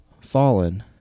fallen